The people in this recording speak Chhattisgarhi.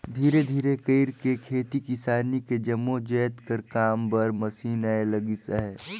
धीरे धीरे कइरके खेती किसानी के जम्मो जाएत कर काम बर मसीन आए लगिस अहे